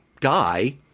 guy